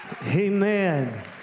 Amen